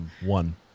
One